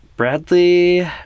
Bradley